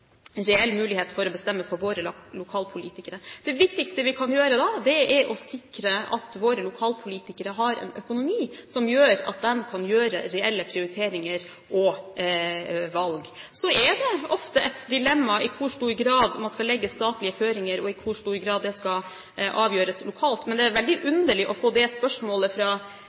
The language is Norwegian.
en reell mulighet for våre lokalpolitikere til å bestemme. Det viktigste vi da kan gjøre, er å sikre at våre lokalpolitikere har en økonomi som gjør at de kan gjøre reelle prioriteringer og valg. Så er det ofte et dilemma i hvor stor grad man skal legge statlige føringer, og i hvor stor grad saker skal avgjøres lokalt. Men det er veldig underlig å få det spørsmålet fra